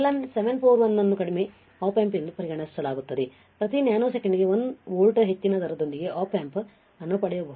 ಮತ್ತೆ LM741 ಅನ್ನು ಕಡಿಮೆ Op amp ಎಂದು ಪರಿಗಣಿಸಲಾಗುತ್ತದೆ ಪ್ರತಿ ನ್ಯಾನೊಸೆಕೆಂಡ್ಗೆ 1 ವೋಲ್ಟ್ನ ಹೆಚ್ಚಿನ ದರದೊಂದಿಗೆ Op amp ಅನ್ನು ಪಡೆಯಬಹುದು